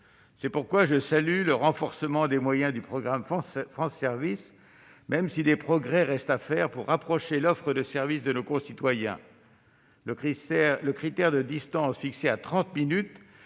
C'est pourquoi je salue le renforcement des moyens du programme France Services, même si des progrès restent à faire pour rapprocher l'offre de services de nos concitoyens. Le critère de distance, fixé à trente